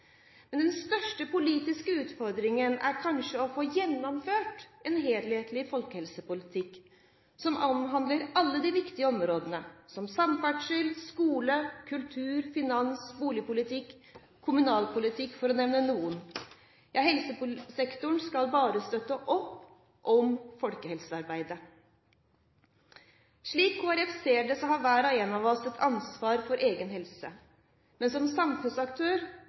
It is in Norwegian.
Men den største politiske utfordringen er kanskje å få gjennomført en helhetlig folkehelsepolitikk som omhandler alle de viktige områdene, som samferdsel, skole, kultur, finans, boligpolitikk og kommunalpolitikk, for å nevne noen. Helsesektoren skal bare støtte opp om folkehelsearbeidet. Slik Kristelig Folkeparti ser det, har hver og en av oss et ansvar for egen helse. Men som